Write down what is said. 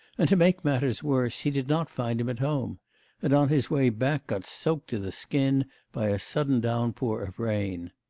and, to make matters worse, he did not find him at home and on his way back got soaked to the skin by a sudden downpour of rain.